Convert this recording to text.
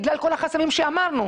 בגלל כל החסמים שאמרנו.